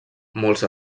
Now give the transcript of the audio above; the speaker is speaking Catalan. molts